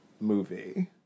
movie